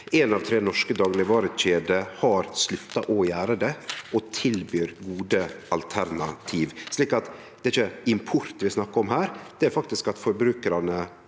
Ei av tre norske daglegvarekjeder har slutta å gjere det og tilbyr gode alternativ. Det er ikkje import vi snakkar om her, men at forbrukarane